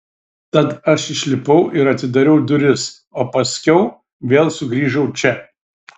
tad aš išlipau ir atidariau duris o paskiau vėl sugrįžau čia